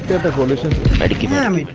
the volition